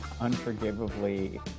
unforgivably